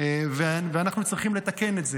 אנחנו צריכים לתקן את זה.